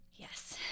Yes